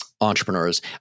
entrepreneurs